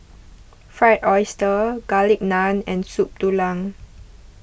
Fried Oyster Garlic Naan and Soup Tulang